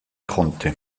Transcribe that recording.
konnte